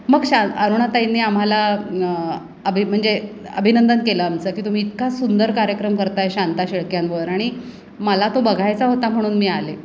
मग शां अरुणाताईंनी आम्हाला अभि म्हणजे अभिनंदन केलं आमचं की तुम्ही इतका सुंदर कार्यक्रम करताय शांता शेळक्यांवर आणि मला तो बघायचा होता म्हणून मी आले